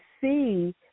see